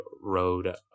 road